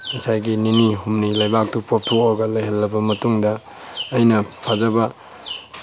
ꯉꯁꯥꯏꯒꯤ ꯅꯤꯅꯤ ꯍꯨꯝꯅꯤ ꯂꯩꯕꯥꯛꯇꯨ ꯄꯣꯞꯊꯣꯛꯑꯒ ꯂꯩꯍꯟꯂꯕ ꯃꯇꯨꯡꯗ ꯑꯩꯅ ꯐꯖꯕ